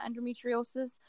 endometriosis